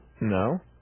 No